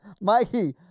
Mikey